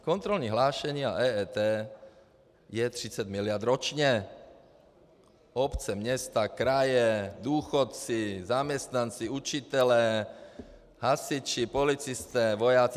Kontrolní hlášení a EET je 30 miliard ročně: obce, města, kraje, důchodci, zaměstnanci, učitelé, hasiči, policisté, vojáci.